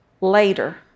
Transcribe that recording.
later